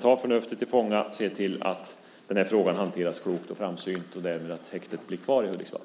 Ta förnuftet till fånga och se till att den här frågan hanteras klokt och framsynt så att häktet därmed blir kvar i Hudiksvall.